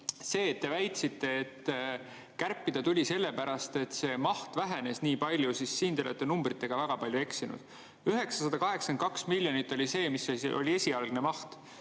see, et te väitsite, et kärpida tuli sellepärast, et see maht vähenes nii palju – siin te olete numbritega väga palju eksinud. 982 miljonit oli esialgne maht.